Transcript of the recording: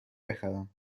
بخرم